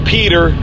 Peter